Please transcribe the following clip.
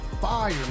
fire